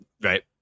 Right